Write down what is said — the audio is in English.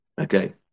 Okay